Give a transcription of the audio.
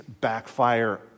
backfire